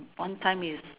one time is